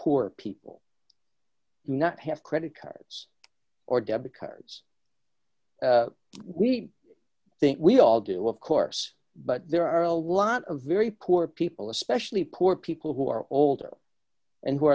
poor people do not have credit cards or debit cards we think we all do of course but there are a lot of very poor people especially poor people who are older and who